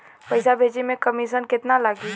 पैसा भेजे में कमिशन केतना लागि?